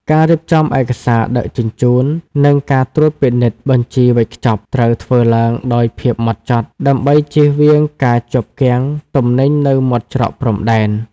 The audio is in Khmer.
ការរៀបចំឯកសារដឹកជញ្ជូន និងការត្រួតពិនិត្យបញ្ជីវេចខ្ចប់ ត្រូវធ្វើឡើងដោយភាពហ្មត់ចត់ ដើម្បីចៀសវាងការជាប់គាំងទំនិញនៅមាត់ច្រកព្រំដែន។